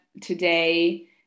today